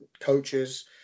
coaches